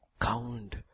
count